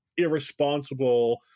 irresponsible